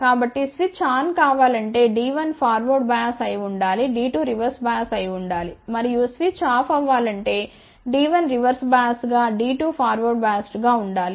కాబట్టి switch on కావాలంటే D1 forward bias అయి ఉండాలి D2 రివర్స్ బయాస్ అయి ఉండాలి మరియు స్విచ్ ఆఫ్ అవ్వాలంటే D1 రివర్స్ బయాస్ గా D2 ఫార్వర్డ్ బయాస్ గా ఉండాలి